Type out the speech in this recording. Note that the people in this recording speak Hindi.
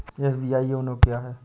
एस.बी.आई योनो क्या है?